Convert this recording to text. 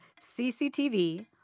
CCTV